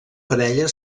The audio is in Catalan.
parella